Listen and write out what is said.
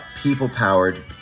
people-powered